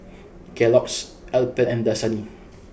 Kellogg's Alpen and Dasani